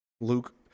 Luke